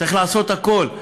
צריך לעשות הכול.